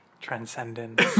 Transcendent